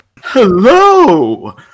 Hello